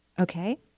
Okay